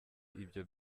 ibyo